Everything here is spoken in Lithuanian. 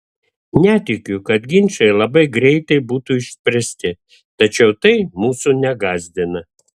netikiu kad ginčai labai greitai būtų išspręsti tačiau tai mūsų negąsdina